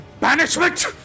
banishment